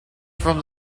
from